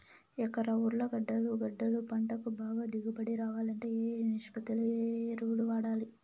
ఎకరా ఉర్లగడ్డలు గడ్డలు పంటకు బాగా దిగుబడి రావాలంటే ఏ ఏ నిష్పత్తిలో ఏ ఎరువులు వాడాలి?